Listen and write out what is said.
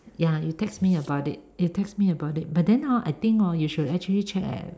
ya you text me about it you text me about it but then hor I think you should actually check leh